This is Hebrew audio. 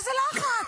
איזה לחץ.